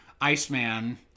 Iceman